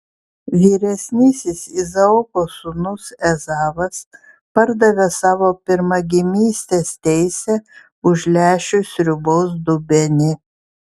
vyresnysis izaoko sūnus ezavas pardavė savo pirmagimystės teisę už lęšių sriubos dubenį